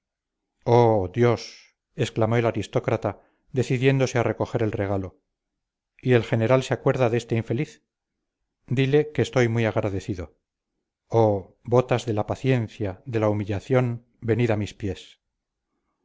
oh dios exclamó el aristócrata decidiéndose a recoger el regalo y el general se acuerda de este infeliz dile que estoy muy agradecido oh botas de la paciencia de la humillación venid a mis pies